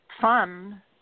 fun